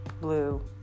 Blue